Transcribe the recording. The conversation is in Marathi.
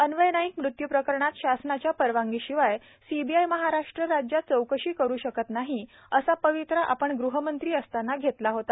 अन्वय नाईक मृत्यू प्रकरणात शासनाच्यापरवानगीशिवाय सीबीआय महाराष्ट्र राज्यातचौकशी करू शकत नाही असा पवित्रा आपण गृहमंत्री असताना घेतला होता